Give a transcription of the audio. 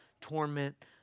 torment